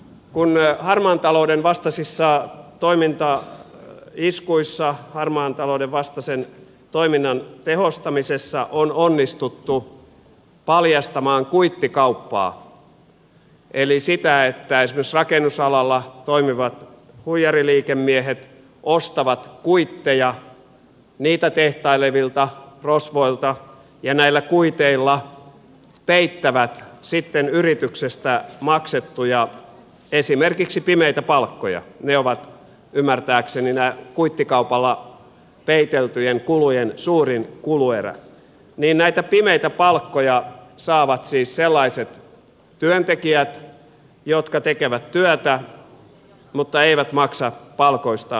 kun harmaan talouden vastaisissa toimintaiskuissa harmaan talouden vastaisen toiminnan tehostamisessa on onnistuttu paljastamaan kuittikauppaa eli sitä että esimerkiksi rakennusalalla toimivat huijariliikemiehet ostavat kuitteja niitä tehtailevilta rosvoilta ja näillä kuiteilla peittävät sitten yrityksestä maksettuja esimerkiksi pimeitä palkkoja ne ovat ymmärtääkseni kuittikaupalla peiteltyjen kulujen suurin kuluerä niin näitä pimeitä palkkoja saavat siis sellaiset työntekijät jotka tekevät työtä mutta eivät maksa palkoistaan veroa